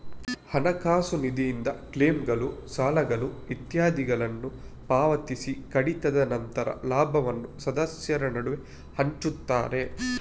ಹಣಕಾಸು ನಿಧಿಯಿಂದ ಕ್ಲೈಮ್ಗಳು, ಸಾಲಗಳು ಇತ್ಯಾದಿಗಳನ್ನ ಪಾವತಿಸಿ ಕಡಿತದ ನಂತರ ಲಾಭವನ್ನ ಸದಸ್ಯರ ನಡುವೆ ಹಂಚ್ತಾರೆ